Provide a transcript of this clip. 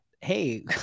hey